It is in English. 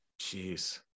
Jeez